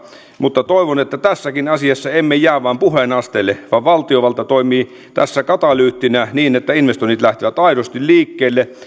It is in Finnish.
mutta toivon että tässäkään asiassa emme jää vain puheen asteelle vaan valtiovalta toimii tässä katalyyttinä niin että investoinnit lähtevät aidosti liikkeelle